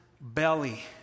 belly